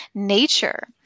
nature